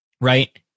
right